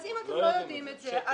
אז אם אתם לא יודעים את זה,